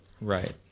Right